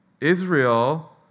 Israel